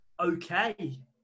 Okay